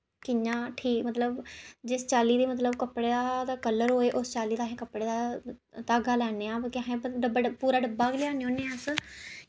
कि'यां ठीक मतलब जिस चाल्ली दे मतलब कपड़े दा कलर होए उस चाल्ली दा असें कपड़े दा धागा लैन्ने आं मतलब अस पूरा डब्बा गै लेआन्ने होन्ने आं अस